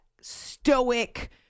stoic